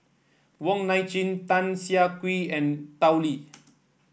Wong Nai Chin Tan Siah Kwee and Tao Li